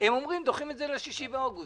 הם אומרים שדוחים את זה ל-6 באוגוסט.